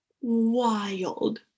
wild